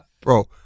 bro